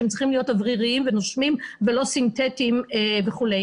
שהם צריכים להיות אוויריים ונושמים ולא סינתטיים וכו'.